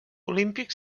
olímpic